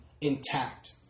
intact